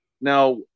Now